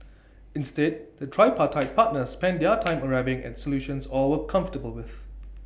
instead the tripartite partners spent their time arriving at solutions all were comfortable with